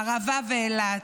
הערבה ואילת.